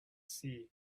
see